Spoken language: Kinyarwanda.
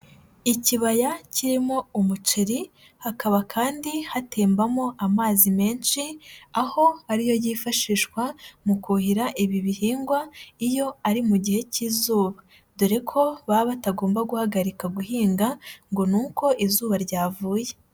Ikibaya kirimo umuceri, hakaba kandi hatembamo amazi menshi, aho ari yo yifashishwa mu kuhira ibi bihingwa iyo ari mu gihe cy'izuba dore ko baba batagomba guhagarika guhinga ngo ni uko izuba ryavuye.